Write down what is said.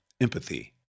empathy